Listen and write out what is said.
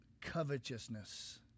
covetousness